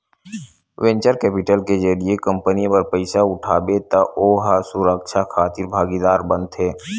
venture capital के जरिए company बर पइसा उठाबे त ओ ह सुरक्छा खातिर भागीदार बनथे